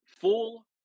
full